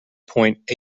point